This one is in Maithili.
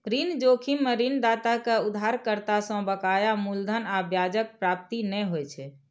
ऋण जोखिम मे ऋणदाता कें उधारकर्ता सं बकाया मूलधन आ ब्याजक प्राप्ति नै होइ छै